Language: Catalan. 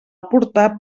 aportar